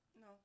No